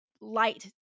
light